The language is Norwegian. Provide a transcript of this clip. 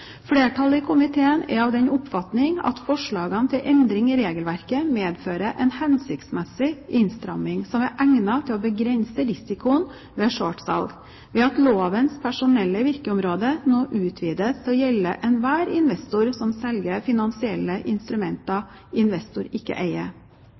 Flertallet i komiteen er av den oppfatning at forslagene til endring i regelverket medfører en hensiktsmessig innstramming som er egnet til å begrense risikoen ved shortsalg, ved at lovens personelle virkeområde nå utvides til å gjelde enhver investor som selger finansielle instrumenter